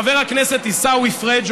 חבר הכנסת עיסאווי פריג',